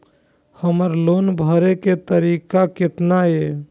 हमर लोन भरे के तारीख केतना ये?